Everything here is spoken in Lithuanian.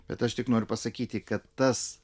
bet aš tik noriu pasakyti kad tas